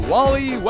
Wally